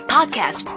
Podcast